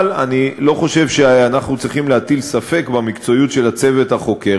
אבל אני לא חושב שאנחנו צריכים להטיל ספק במקצועיות של הצוות החוקר.